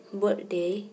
birthday